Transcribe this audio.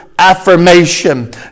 affirmation